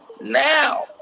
Now